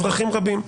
אזרחים רבים,